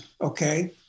okay